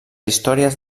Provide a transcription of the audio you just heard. històries